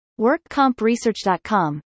WorkCompresearch.com